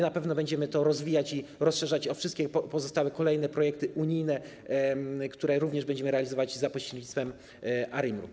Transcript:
Na pewno będziemy to rozwijać i rozszerzać o wszystkie pozostałe projekty unijne, które również będziemy realizować za pośrednictwem ARiMR-u.